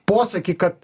posakį kad